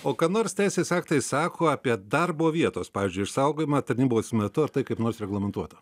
o ką nors teisės aktai sako apie darbo vietos pavyzdžiui išsaugojimą tarnybos metu ar tai kaip nors reglamentuota